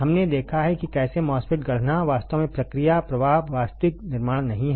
हमने देखा है कि कैसे MOSFET गढ़ना वास्तव में प्रक्रिया प्रवाह वास्तविक निर्माण नहीं है